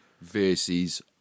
versus